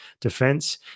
defense